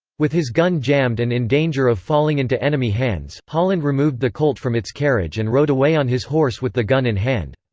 with his gun jammed and in danger of falling into enemy hands, holland removed the colt from its carriage and rode away on his horse with the gun in hand.